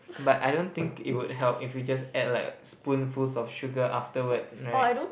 but I don't think it would help if you just add like spoonfuls of sugar afterward right